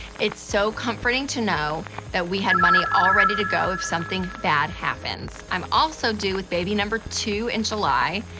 it's so comforting to know that we had money all ready to go if something bad happens. i'm also due with baby number two in july,